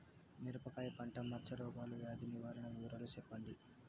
మిరపకాయ పంట మచ్చ రోగాల వ్యాధి నివారణ వివరాలు చెప్పండి?